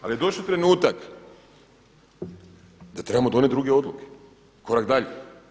Ali je došao trenutak da trebamo donijeti druge odluke, korak dalje.